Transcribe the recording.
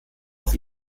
auf